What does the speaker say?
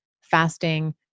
fasting